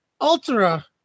ultra